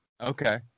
Okay